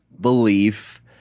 belief